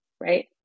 right